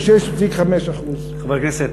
הוא 6.5%. חבר הכנסת,